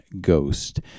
ghost